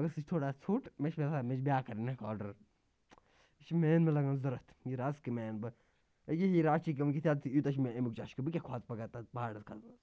مگر سُہ چھِ تھوڑا ژھوٚٹ مےٚ چھِ باسان مےٚ چھِ بیٛاکھ کَرٕنۍ اَکھ آرڈَر یہِ چھِ مین مےٚ لگان ضوٚرتھ یہِ رَز کَمہِ آیہِ اَنہٕ بہٕ یہِ رَز چھِ یوٗتاہ چھِ مےٚ اَمیُک چشکہٕ بہٕ کیٛاہ کھوژٕ پَگاہ تَتھ پہاڑَس کھَسنَس